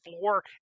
floor